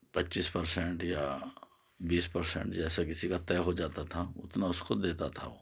پچیس پرسینٹ یا بیس پرسینٹ جیسا کسی کا طے ہو جاتا تھا اتنا اس کو دیتا تھا وہ